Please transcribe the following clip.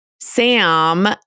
Sam